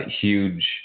huge